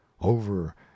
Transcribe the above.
over